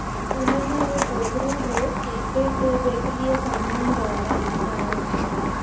पूने में उहे Kothrud road cake bake bakery जे साम्हूं रहंदा आहिनि